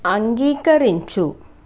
అంగీకరించు